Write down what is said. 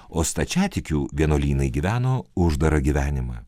o stačiatikių vienuolynai gyveno uždarą gyvenimą